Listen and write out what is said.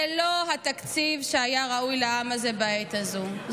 זה לא התקציב שהיה ראוי לעם הזה בעת הזאת,